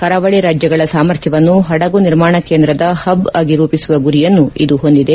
ಕರಾವಳಿ ರಾಜ್ಯಗಳ ಸಾಮರ್ಥ್ಯವನ್ನು ಹಡಗು ನಿರ್ಮಾಣ ಕೇಂದ್ರದ ಹಬ್ ಆಗಿ ರೂಪಿಸುವ ಗುರಿಯನ್ನು ಇದು ಹೊಂದಿದೆ